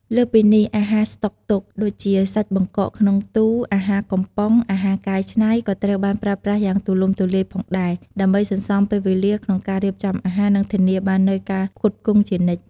លើសពីនេះ អាហារស្តុកទុក ដូចជាសាច់បង្កកក្នុងទូរ អាហារកំប៉ុង អាហារកែច្នៃ ក៏ត្រូវបានប្រើប្រាស់យ៉ាងទូលំទូលាយផងដែរ ដើម្បីសន្សំពេលវេលាក្នុងការរៀបចំអាហារ និងធានាបាននូវការផ្គត់ផ្គង់ជានិច្ច។